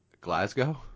glasgow